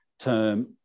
term